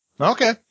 Okay